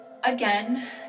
again